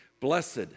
Blessed